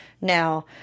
now